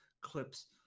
clips